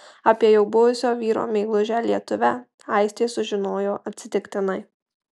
apie jau buvusio vyro meilužę lietuvę aistė sužinojo atsitiktinai